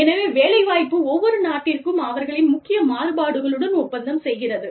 எனவே வேலைவாய்ப்பு ஒவ்வொரு நாட்டிற்கும் அவர்களின் முக்கிய மாறுபாடுகளுடன் ஒப்பந்தம் செய்கிறது